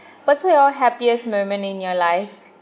what's were your happiest moment in your life